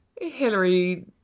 Hillary